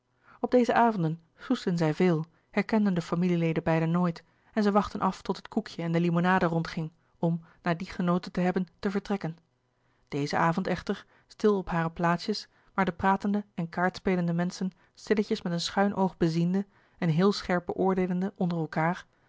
op deze avonden soesden zij veel herkenden de familieleden bijna nooit en zij wachtten af tot het koekje en de limonade rondging om na die genoten te hebben te vertrekken dezen avond echter stil op hare plaatsjes maar de pratende en kaart spelende menschen stilletjes met een schuin oog beziende en heel scherp beoordeelende onder elkaâr